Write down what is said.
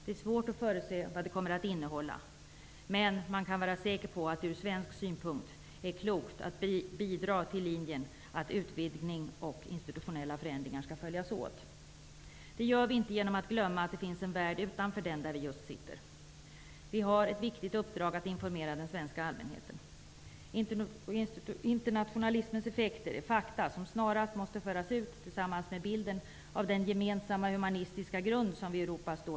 Det är svårt att förutsäga vad det kommer att innehålla. Men man kan vara säker på att det ur svensk synpunkt är klokt att bidra till linjen att utvidgning och institutionella förändringar skall följas åt. Det gör vi inte genom att glömma att det finns en värld utanför den där vi just sitter. Vi har ett viktigt uppdrag att informera den svenska allmänheten. Internationalismens effekter är fakta som snarast måste föras ut tillsammans med bilden av den gemensamma humanistiska grund som Europa står på.